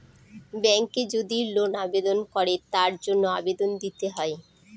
ব্যাঙ্কে যদি লোন আবেদন করে তার জন্য আবেদন দিতে হয়